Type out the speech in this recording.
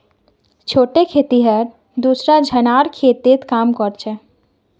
छोटे खेतिहर दूसरा झनार खेतत काम कर छेक